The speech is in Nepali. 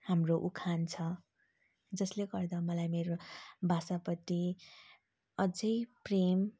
हाम्रो उखान छ जसले गर्दा मलाई मेरो भाषाप्रति अझ प्रेम